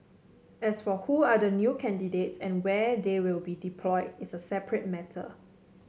as for who are the new candidates and where they will be deployed is a separate matter